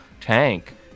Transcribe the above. tank